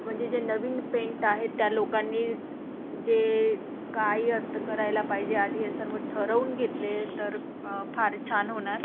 म्हणजे जे नवीन पेंट आहेत त्या लोकांनी जे काहीही असतं करायला पाहिजे आधी हे सर्व ठरवून घेतले तर फार छान होणार